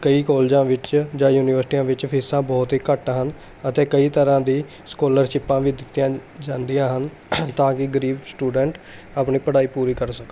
ਕਈ ਕਾਲਜਾਂ ਵਿੱਚ ਜਾਂ ਯੂਨੀਵਰਸਿਟੀਆਂ ਵਿੱਚ ਫ਼ੀਸਾਂ ਬਹੁਤ ਹੀ ਘੱਟ ਹਨ ਅਤੇ ਕਈ ਤਰ੍ਹਾਂ ਦੀ ਸਕੋਲਰਸ਼ਿਪਾਂ ਵੀ ਦਿੱਤੀਆਂ ਜਾਂਦੀਆਂ ਹਨ ਤਾਂ ਕਿ ਗਰੀਬ ਸਟੂਡੈਂਟ ਆਪਣੀ ਪੜ੍ਹਾਈ ਪੂਰੀ ਕਰ ਸਕਣ